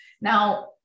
Now